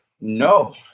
no